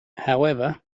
however